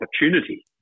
opportunity